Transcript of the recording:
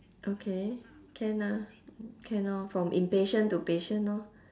okay can ah can orh from impatient to patient orh